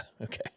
Okay